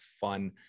fun